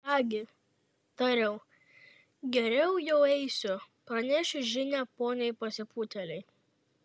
ką gi tariau geriau jau eisiu pranešiu žinią poniai pasipūtėlei